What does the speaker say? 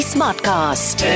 Smartcast